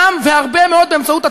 גם והרבה מאוד באמצעות הטרור?